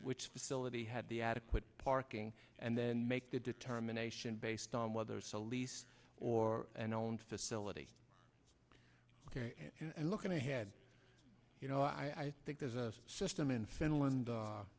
which facility had the adequate parking and then make the determination based on whether it's a lease or an island facility and looking ahead you know i think there's a system in finland